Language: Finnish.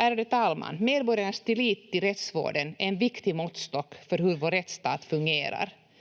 Ärade talman! Medborgarnas tillit till rättsvården är en viktig måttstock för hur vår rättsstat fungerar.